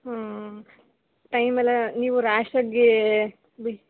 ಹ್ಞೂ ಟೈಮೆಲ್ಲ ನೀವು ರ್ಯಾಶಾಗೀ ಬಿ